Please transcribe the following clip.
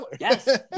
Yes